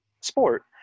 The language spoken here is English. sport